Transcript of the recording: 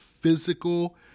physical